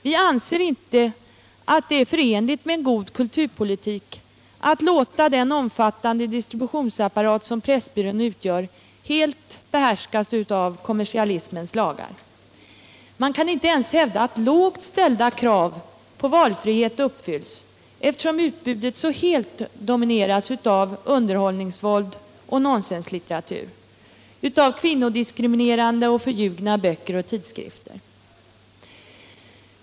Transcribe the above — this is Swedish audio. Vi anser inte att det är förenligt med en god kulturpolitik att låta den omfattande distributionsapparat som Pressbyrån utgör helt behärskas av kommer sialismens lagar. Man kan inte ens hävda att lågt ställda krav på valfrihet uppfylls, eftersom utbudet så helt domineras av underhållsvåld och nonsenslitteratur, av kvinnodiskriminerande och förljugna böcker och tidskrifter.